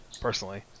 personally